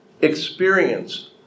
experience